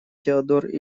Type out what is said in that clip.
теодор